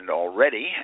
already